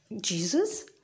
Jesus